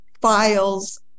files